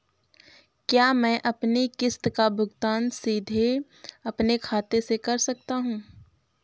क्या मैं अपनी किश्त का भुगतान सीधे अपने खाते से कर सकता हूँ?